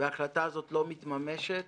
וההחלטה הזאת לא מתממשת,